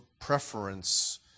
preference